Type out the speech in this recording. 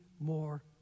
more